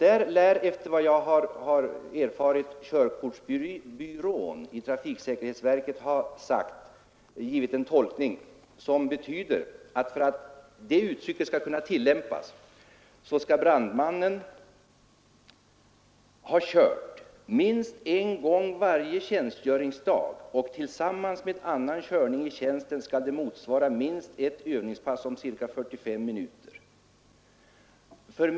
Enligt vad jag erfarit har körkortsbyrån i trafiksäkerhetsverket tolkat detta så, att brandmannen skall ha kört minst en gång varje tjänstgöringsdag, och tillsammans med annan körning i tjänsten skall det motsvara minst ett övningspass om ca 45 minuter.